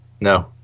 No